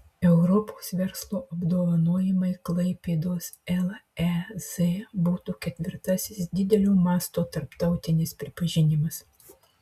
europos verslo apdovanojimai klaipėdos lez būtų ketvirtasis didelio masto tarptautinis pripažinimas